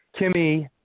Kimmy